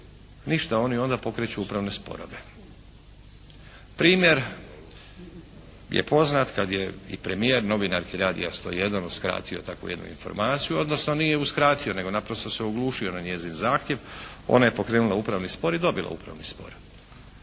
Ništa. Oni onda pokreću upravne sporove. Primjer je poznat kad je i primjer novinarki Radija 101 uskratio takvu jednu informaciju odnosno nije uskratio nego naprosto se oglušio na njezin zahtjev. Ona je pokrenula upravni spor i dobila upravni spor.